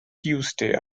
tuesday